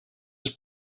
just